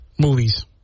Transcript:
movies